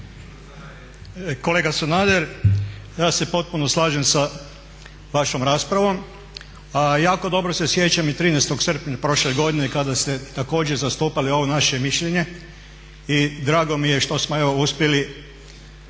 Kolega Sanader, ja se potpuno slažem sa vašom raspravom. A jako dobro se sjećam i 13.srpnja prošle godine kada ste također zastupali ovo naše mišljenje i drago mi je što smo evo uspjeli